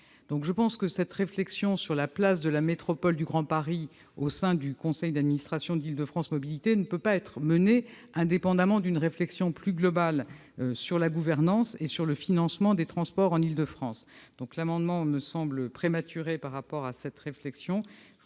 par an. Cette réflexion sur la place de la métropole du Grand Paris au sein du conseil d'administration d'Île-de-France Mobilités ne peut pas être menée indépendamment d'une réflexion plus globale sur la gouvernance et le financement des transports en Île-de-France. L'amendement n° 691 rectifié me semble prématuré par rapport à cette réflexion.